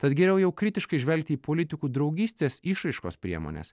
tad geriau jau kritiškai žvelgti į politikų draugystės išraiškos priemones